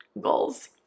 Goals